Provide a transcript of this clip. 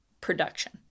production